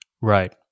right